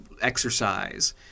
exercise